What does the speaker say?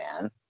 man